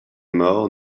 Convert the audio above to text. morts